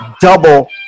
double